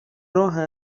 راه